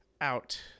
out